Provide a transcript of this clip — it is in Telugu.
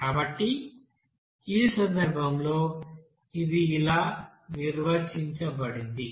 కాబట్టి ఈ సందర్భంలో ఇది ఇలా నిర్వచించబడింది